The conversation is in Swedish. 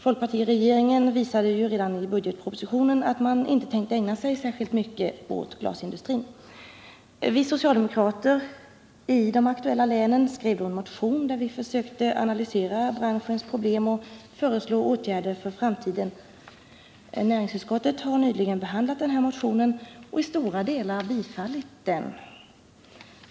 Folkpartiregeringen visade ju redan i budgetpropositionen att man inte tänkte ägna sig särskilt mycket åt glasindustrin. Vi socialdemokrater i de aktuella länen skrev sedan budgetpropositionen framlagts en motion, där vi försökte analysera branschens problem och föreslå åtgärder för framtiden. Näringsutskottet har nyligen behandlat denna motion och i stora delar bifallit den.